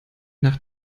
nach